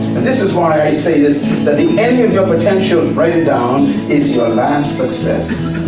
this is why i say this, that the end of your potential, and write it down, is your last success.